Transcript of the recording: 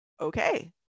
okay